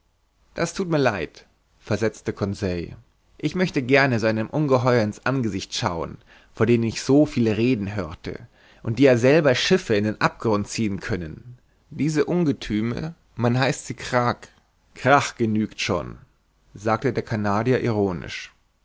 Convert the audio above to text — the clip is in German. das thut mir leid versetzte conseil ich möchte gerne so einem ungeheuer in's angesicht schauen von denen ich so viel reden hörte und die ja selber schiffe in den abgrund ziehen können diese ungethüme man heißt sie krak krach genügt schon sagte der canadier ironisch